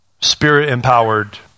spirit-empowered